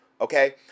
okay